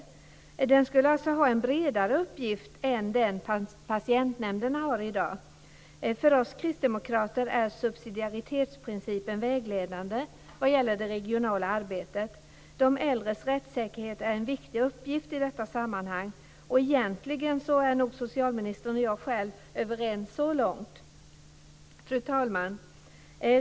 En äldreombudsman skulle alltså ha en bredare uppgift än den som patientnämnderna har i dag. För oss Kristdemokrater är subsidiaritetsprincipen vägledande vad gäller det regionala arbetet. De äldres rättssäkerhet är en viktig uppgift i detta sammanhang. Egentligen är nog socialministern och jag själv överens så långt. Fru talman!